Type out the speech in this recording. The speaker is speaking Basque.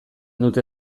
dute